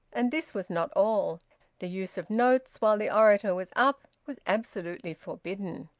and this was not all the use of notes while the orator was up was absolutely forbidden.